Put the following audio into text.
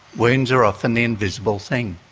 wounds are often the invisible thing.